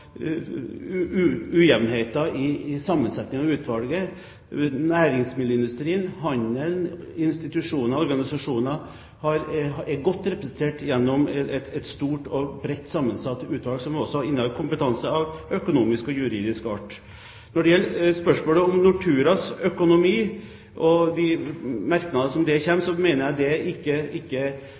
i sammensetningen i utvalget. Næringsmiddelindustrien, handelen, institusjoner og organisasjoner er godt representert i et stort og bredt sammensatt utvalg som også innehar kompetanse av økonomisk og juridisk art. Når det gjelder spørsmålet om Norturas økonomi og de merknader som der kommer, mener jeg det i utgangspunktet ikke